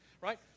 right